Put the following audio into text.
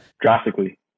Drastically